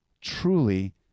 truly